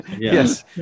Yes